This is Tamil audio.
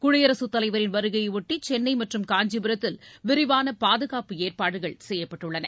குடியரசுத் தலைவரின் வருகையையொட்டி சென்னை மற்றும் காஞ்சிபுரத்தில் விரிவான பாதுகாப்பு ஏற்பாடுகள் செய்யப்பட்டுள்ளன